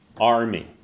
Army